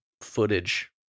footage